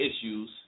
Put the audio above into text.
issues